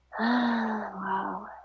wow